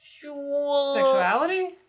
Sexuality